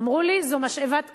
אמרו לי: זו משאבת כסף,